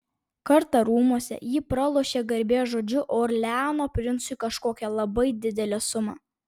kartą rūmuose ji pralošė garbės žodžiu orleano princui kažkokią labai didelę sumą